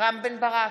רם בן ברק,